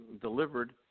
delivered